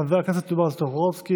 חבר הכנסת בועז טופורובסקי,